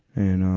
and, um,